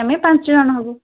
ଆମେ ପାଞ୍ଚ ଜଣ ହେବୁ